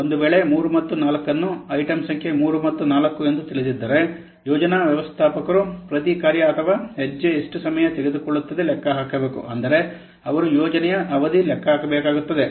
ಮತ್ತು ಒಂದುವೇಳೆ 3 ಮತ್ತು 4 ಅನ್ನು ಐಟಂ ಸಂಖ್ಯೆ 3 ಮತ್ತು 4 ಎಂದು ತಿಳಿದಿದ್ದರೆ ಯೋಜನಾ ವ್ಯವಸ್ಥಾಪಕರು ಪ್ರತಿ ಕಾರ್ಯ ಅಥವಾ ಹೆಜ್ಜೆ ಎಷ್ಟು ಸಮಯ ತೆಗೆದುಕೊಳ್ಳುತ್ತದೆ ಲೆಕ್ಕ ಹಾಕಬೇಕು ಅಂದರೆ ಅವರು ಯೋಜನೆಯ ಅವಧಿಯನ್ನು ಲೆಕ್ಕ ಹಾಕಬೇಕಾಗುತ್ತದೆ